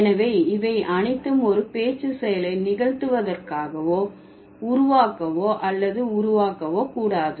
எனவே இவை அனைத்தும் ஒரு பேச்சு செயலை நிகழ்த்துவதற்காக உருவாக்கவோ அல்லது உருவாக்கவோ கூடாது